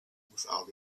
without